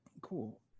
Cool